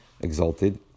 exalted